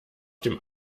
dem